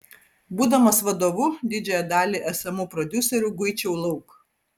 būdamas vadovu didžiąją dalį esamų prodiuserių guičiau lauk